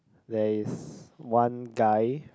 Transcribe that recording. there is one guy